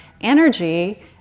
energy